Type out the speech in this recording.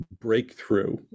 breakthrough